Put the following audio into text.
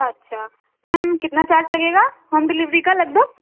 اچھا میم کتنا چارج لگے گا ہوم ڈلیوری کا لگ بھگ